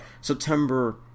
September